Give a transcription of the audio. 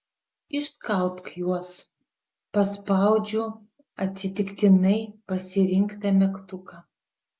išskalbk juos paspaudžiu atsitiktinai pasirinktą mygtuką